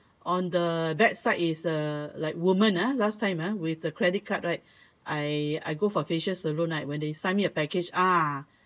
on the bad side is uh like women ah last time ah with the credit card right I I go for facial salon right when they sign me a package uh